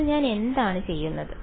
അപ്പോൾ ഞാൻ എന്താണ് ചെയ്യുന്നത്